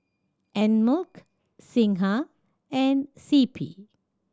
Einmilk Singha and C P